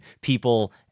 people